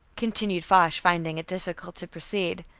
continued foch, finding it difficult to proceed,